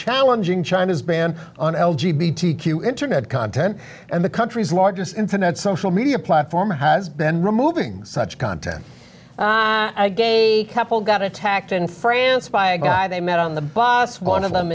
challenging china's ban on l g q internet content and the country's largest internet social media platform has been removing such content a gay couple got attacked in france by a guy they met on the bus one of them